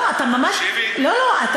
לא, אתה